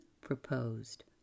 proposed